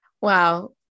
Wow